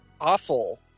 Awful